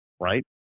right